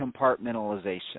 compartmentalization